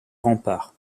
rempart